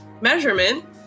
Measurement